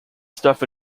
stuff